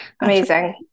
Amazing